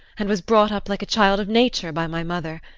and was brought up like a child of nature by my mother,